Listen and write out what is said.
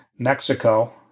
Mexico